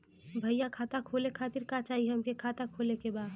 भईया खाता खोले खातिर का चाही हमके खाता खोले के बा?